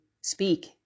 speak